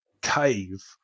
cave